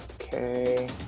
Okay